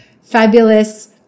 fabulous